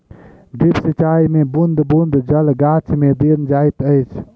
drip सिचाई मे बूँद बूँद जल गाछ मे देल जाइत अछि